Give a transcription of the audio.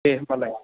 दे होमबालाय